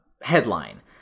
headline